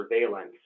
surveillance